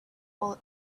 all